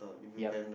yup